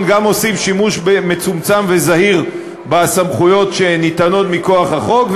גם עושים שימוש מצומצם וזהיר בסמכויות שניתנות מכוח החוק,